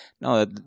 No